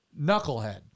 knucklehead